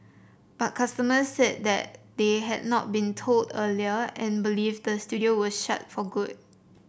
but customers said that they had not been told earlier and believe the studio was shut for good